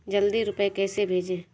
जल्दी रूपए कैसे भेजें?